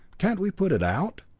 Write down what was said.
can't we put it out?